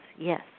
yes